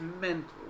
mental